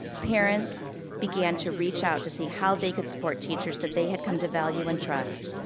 parents began to reach out to see how they could support teachers that they had come to value and trust.